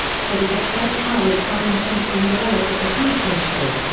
so we had fred coury come in from cinderella for the houston show.